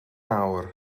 awr